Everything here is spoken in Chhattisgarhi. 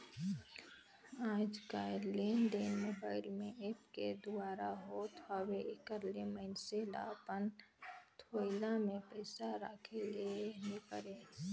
आएज काएललेनदेन मोबाईल में ऐप के दुवारा होत हवे एकर ले मइनसे ल अपन थोइला में पइसा राखे ले नी परे